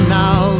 now